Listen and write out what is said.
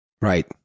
Right